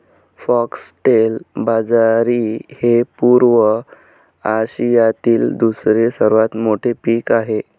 foxtail बाजरी हे पूर्व आशियातील दुसरे सर्वात मोठे पीक आहे